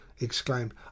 exclaimed